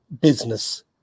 business